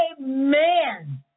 amen